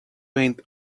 went